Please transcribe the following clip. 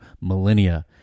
millennia